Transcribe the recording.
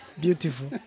beautiful